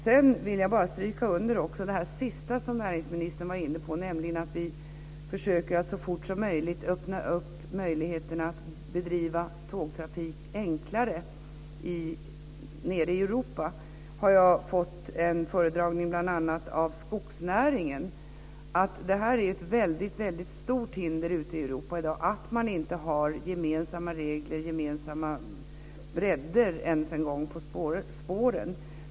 Sedan vill jag också understryka det sista som näringsministern var inne på, nämligen att vi ska försöka att så fort som möjligt göra det möjligt att bedriva tågtrafik enklare nere i Europa. Jag har fått en föredragning av bl.a. skogsnäringen att det är ett stort hinder ute i Europa i dag att man inte har gemensamma regler, och ibland inte ens gemensamma bredder på spåren.